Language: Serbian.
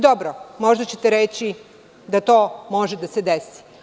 Dobro, možda ćete reći da to može da se desi.